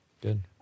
Good